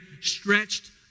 stretched